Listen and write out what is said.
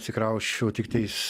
atsikrausčiau tiktais